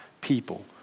people